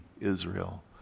Israel